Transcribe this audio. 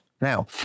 Now